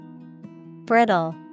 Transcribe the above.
Brittle